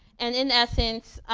and in essence,